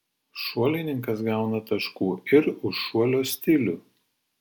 šuolininkas gauna taškų ir už šuolio stilių